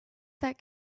that